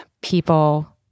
people